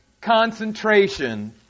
concentration